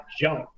jump